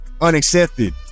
unaccepted